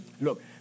Look